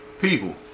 people